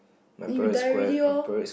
then you die already lor